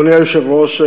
אדוני היושב-ראש,